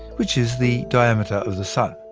which is the diameter of the sun.